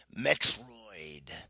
Metroid